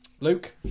Luke